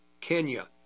Kenya